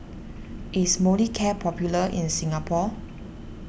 is Molicare popular in Singapore